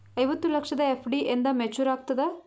ಐವತ್ತು ಲಕ್ಷದ ಎಫ್.ಡಿ ಎಂದ ಮೇಚುರ್ ಆಗತದ?